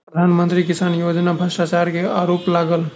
प्रधान मंत्री किसान योजना में भ्रष्टाचार के आरोप लागल